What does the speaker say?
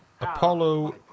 Apollo